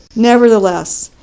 nevertheless,